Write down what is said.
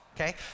Okay